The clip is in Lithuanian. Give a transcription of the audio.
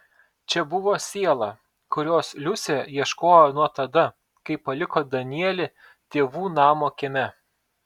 čia buvo siela kurios liusė ieškojo nuo tada kai paliko danielį tėvų namo kieme